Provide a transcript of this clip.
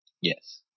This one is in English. Yes